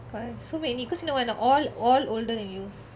!wah! so many because you know why or not all all older than you